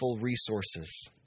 resources